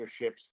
ships